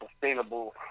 sustainable